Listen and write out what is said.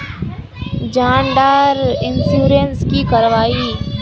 जान डार इंश्योरेंस की करवा ई?